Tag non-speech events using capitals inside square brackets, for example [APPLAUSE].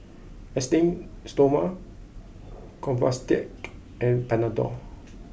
Esteem Stoma [UNINTELLIGIBLE] and Panadol